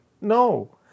no